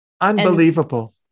Unbelievable